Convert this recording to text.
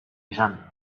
izan